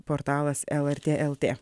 portalas lrt lt